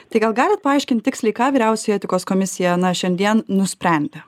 tai gal galit paaiškint tiksliai ką vyriausioji etikos komisija na šiandien nusprendė